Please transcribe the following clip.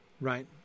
right